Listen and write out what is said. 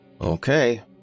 Okay